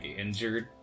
injured